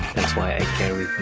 that's why i carry